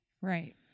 right